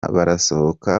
barasohoka